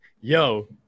Yo